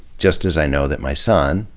just as i know that my son,